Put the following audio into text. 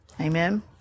Amen